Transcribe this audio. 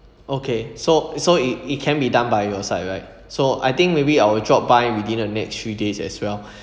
okay so so it it can be done by your side right so I think may be I will drop by within the next three days as well